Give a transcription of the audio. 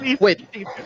Wait